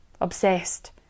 obsessed